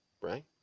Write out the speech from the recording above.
right